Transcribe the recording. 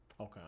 Okay